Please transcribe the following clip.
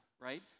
right